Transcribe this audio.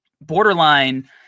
borderline